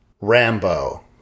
Rambo